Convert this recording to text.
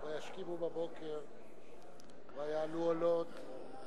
"וישכימו בבוקר ויעלו עולות".